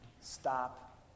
stop